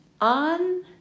On